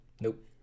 Nope